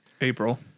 April